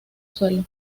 suelo